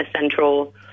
central